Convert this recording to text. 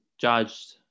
judged